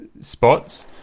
spots